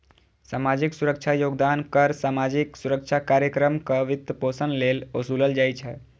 सामाजिक सुरक्षा योगदान कर सामाजिक सुरक्षा कार्यक्रमक वित्तपोषण लेल ओसूलल जाइ छै